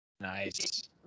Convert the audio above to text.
Nice